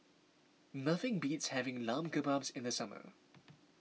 nothing beats having Lamb Kebabs in the summer